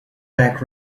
back